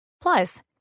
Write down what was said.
Plus